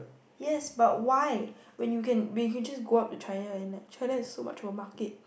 yes but why when you can when you can just go up to China and like China has so much more market